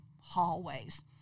hallways